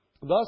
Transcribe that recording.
Thus